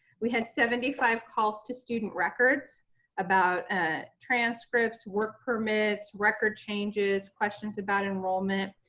we had seventy five calls to student records about ah transcripts, work permits, record changes, questions about enrollment.